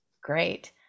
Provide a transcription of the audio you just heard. Great